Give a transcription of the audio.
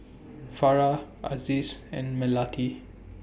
Farah Aziz and Melati